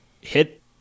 hit